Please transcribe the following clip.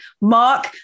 mark